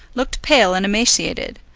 looked pale and emaciated,